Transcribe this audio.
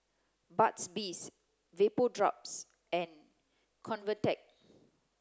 Burt's Bees Vapodrops and Convatec